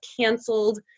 canceled